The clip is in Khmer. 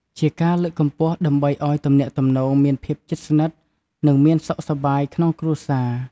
ជាការលើកកម្ពស់ដើម្បីឲ្យទំនាក់ទំនងមានភាពជិតស្និតនិងមានសុខសប្បាយក្នុងគ្រួសារ។